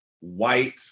white